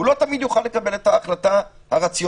הוא לא תמיד יוכל לקבל את ההחלטה הרציונלית.